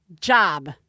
job